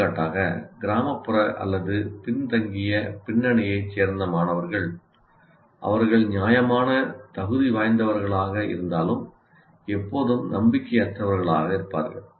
எடுத்துக்காட்டாக கிராமப்புற அல்லது பின்தங்கிய பின்னணியைச் சேர்ந்த மாணவர்கள் அவர்கள் நியாயமான தகுதி வாய்ந்தவர்களாக இருந்தாலும் எப்போதும் நம்பிக்கையற்றவர்களாக இருப்பார்கள்